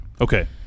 okay